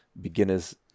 beginners